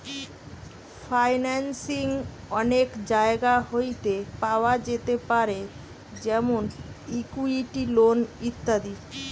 financing অনেক জায়গা হইতে পাওয়া যেতে পারে যেমন ইকুইটি, লোন ইত্যাদি